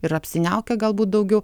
ir apsiniaukę galbūt daugiau